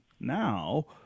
now